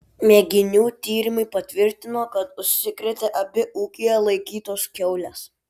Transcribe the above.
mėginių tyrimai patvirtino kad užsikrėtė abi ūkyje laikytos kiaulės